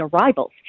arrivals